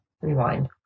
rewind